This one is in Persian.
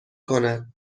کند